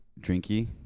drinky